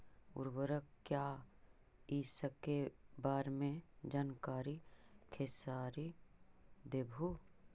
उर्वरक क्या इ सके बारे मे जानकारी खेसारी देबहू?